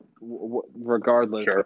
regardless